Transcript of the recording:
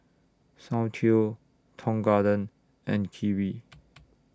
Soundteoh Tong Garden and Kiwi